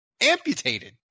amputated